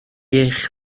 eich